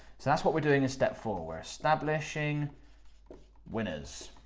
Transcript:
so that's what we're doing in step four. we're establishing winners.